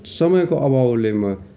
समयको अभावले म